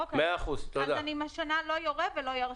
למשטרה אין הערות.